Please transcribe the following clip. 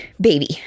baby